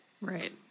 Right